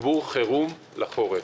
תגבור חירום לחורף.